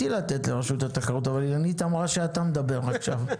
לתת לרשות התחרות אבל אילנית אמרה שאתה מדבר עכשיו,